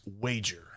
wager